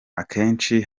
akenshi